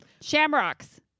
shamrocks